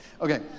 Okay